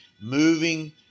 moving